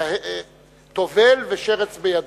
"טובל ושרץ בידו",